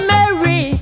Mary